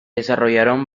desarrollaron